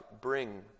bring